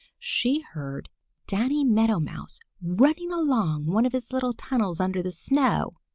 she heard danny meadow mouse running along one of his little tunnels under the snow.